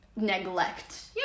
neglect